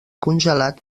congelat